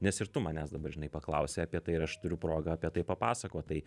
nes ir tu manęs dabar žinai paklausei apie tai ir aš turiu progą apie tai papasakot tai